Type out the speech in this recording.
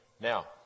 Now